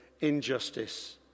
injustice